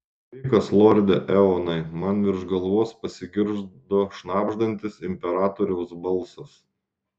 sveikas lorde eonai man virš galvos pasigirdo šnabždantis imperatoriaus balsas